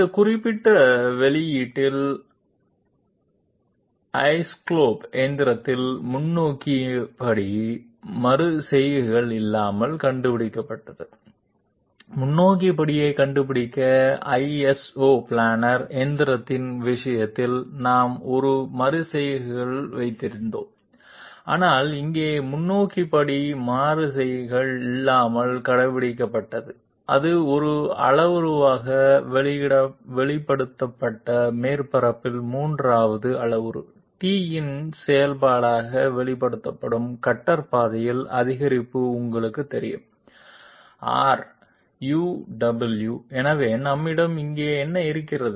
இந்த குறிப்பிட்ட வெளியீட்டில் ஐசோஸ்கலோப் எந்திரத்தில் முன்னோக்கி படி மறு செய்கைகள் இல்லாமல் கண்டுபிடிக்கப்பட்டது முன்னோக்கி படியைக் கண்டுபிடிக்க ஐஎஸ்ஓ பிளானர் எந்திரத்தின் விஷயத்தில் நாம் மறு செய்கைகள் வைத்திருந்தோம் ஆனால் இங்கே முன்னோக்கி படி மறு செய்கைகள் இல்லாமல் கண்டுபிடிக்கப்பட்டது அது ஒரு அளவுருவாக வெளிப்படுத்தப்பட்டது மேற்பரப்பில் மூன்றாவது அளவுரு t இன் செயல்பாடாக வெளிப்படுத்தப்படும் கட்டர் பாதையில் அதிகரிப்பு உங்களுக்குத் தெரியும் R u w எனவே நம்மிடம் இங்கே என்ன இருக்கிறது